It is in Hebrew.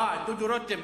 את דודו רותם.